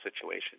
situation